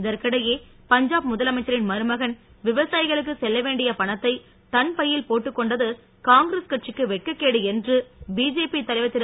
இதற்கி டையே பஞ்சா ப் முதலமை ச்ச ரி ன் மருமகன் விவசா யி களுக்கு செ ல்ல வேண் டிய பண த்தை தன் பையில் போட்டுக் கொண்டது காங்கிரஸ் கட் சிக்கு வெட்கக்கேடு என்று பிஜே பி தலைவார் திரு